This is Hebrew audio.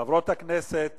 חברות הכנסת